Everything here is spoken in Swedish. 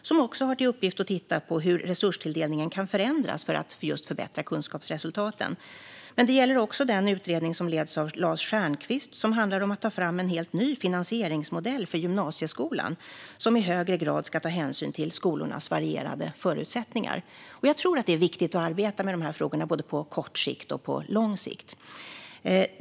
Den har också till uppgift att se på hur resurstilldelningen kan förändras för att just förbättra kunskapsresultaten. Det gäller också den utredning som leds av Lars Stjernkvist och som handlar om att ta fram en helt ny finansieringsmodell för gymnasieskolan som i högre grad ska ta hänsyn till skolornas varierade förutsättningar. Jag tror att det är viktigt att arbeta med de här frågorna både på kort och på lång sikt.